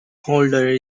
holder